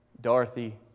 Dorothy